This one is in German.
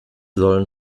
sollen